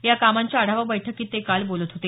या कामांच्या आढावा बैठकीत ते काल बोलत होते